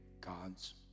God's